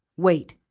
wait,